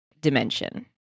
dimension